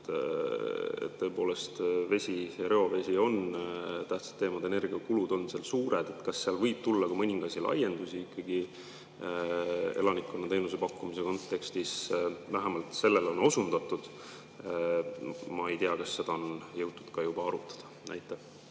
Tõepoolest, vesi ja reovesi on tähtsad teemad, energiakulud on seal suured. Kas seal võib tulla laiendusi ikkagi elanikkonnale teenuse pakkumise kontekstis? Vähemalt on sellele osundatud. Ma ei tea, kas seda on jõutud ka juba arutada. Aitäh!